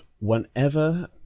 whenever